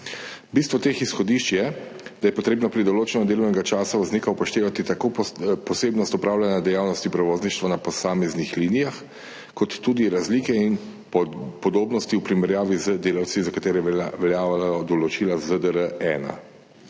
Bistvo teh izhodišč je, da je potrebno pri določanju delovnega časa voznika upoštevati tako posebnost opravljanja dejavnosti prevozništva na posameznih linijah kot tudi razlike in podobnosti v primerjavi z delavci, za katere veljajo določila ZDR-1.